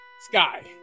Sky